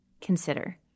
consider